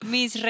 Mis